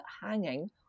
hanging